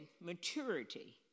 maturity